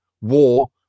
war